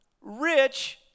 rich